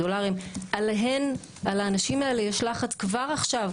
על האנשים האלה יש לחץ כבר עכשיו,